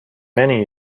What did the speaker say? many